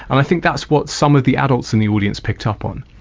and i think that's what some of the adults in the audience picked up on.